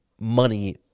money